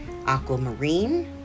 Aquamarine